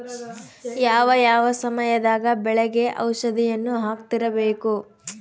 ಯಾವ ಯಾವ ಸಮಯದಾಗ ಬೆಳೆಗೆ ಔಷಧಿಯನ್ನು ಹಾಕ್ತಿರಬೇಕು?